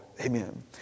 Amen